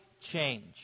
change